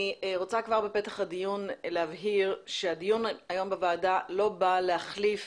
אני רוצה כבר בפתח הדיון להבהיר שהדיון היום בוועדה לא בא להחליף